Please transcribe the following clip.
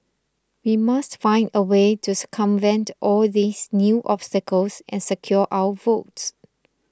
we must find a way to circumvent all these new obstacles and secure our votes